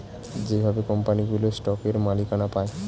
যেভাবে কোম্পানিগুলো স্টকের মালিকানা পায়